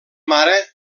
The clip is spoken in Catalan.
mare